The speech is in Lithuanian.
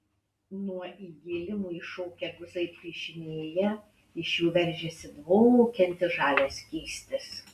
nuo įgėlimų iššokę guzai plyšinėja iš jų veržiasi dvokiantis žalias skystis